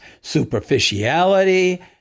superficiality